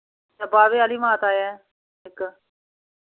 बाहवे आह्ली माता ऐ इक